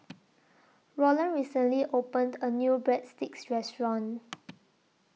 Rolland recently opened A New Breadsticks Restaurant